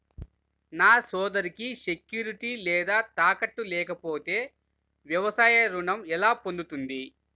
నా సోదరికి సెక్యూరిటీ లేదా తాకట్టు లేకపోతే వ్యవసాయ రుణం ఎలా పొందుతుంది?